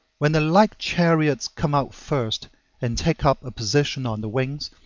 when the light chariots come out first and take up a position on the wings,